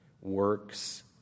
Works